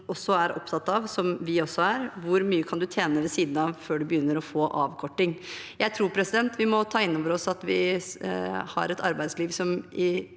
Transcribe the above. er opptatt av, hvor mye man kan tjene ved siden av før man begynner å få avkorting. Jeg tror vi må ta innover oss at vi har et arbeidsliv som